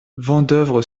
vendeuvre